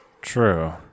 true